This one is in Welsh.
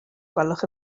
gwelwch